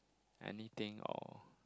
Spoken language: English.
anything or